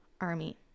army